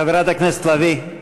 חברת הכנסת לביא,